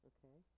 Okay